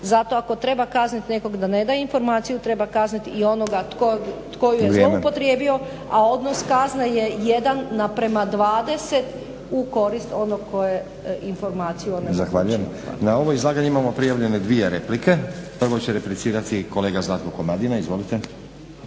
Zato ako treba kaznit nekog da ne daje informaciju, treba kaznit i onoga tko ju je zloupotrijebio, a odnos kazne je jedan naprema dvadeset u korist onoga tko je informaciju onemogući. **Stazić, Nenad (SDP)** Zahvaljujem. Na ovo izlaganje imamo prijavljene 2 replike. Prvo će replicirati kolega Zlatko Komadina. Izvolite.